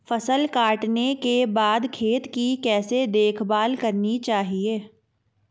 फसल काटने के बाद खेत की कैसे देखभाल करनी चाहिए?